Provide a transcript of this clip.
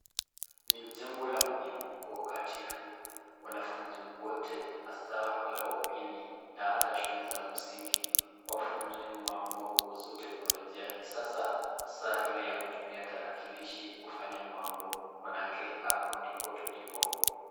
Ni jambo la muhimu kwa wakati huu, wanafunzi wote hasa wale wa upili na hata shule za msingi, wafunzwe mambo kuhusu teknolojia ya kisasa hasa ile ya kutumia tarakilishi kufanya mambo, maanake hapo ndipo tulipo.